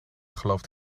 gelooft